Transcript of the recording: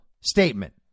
statement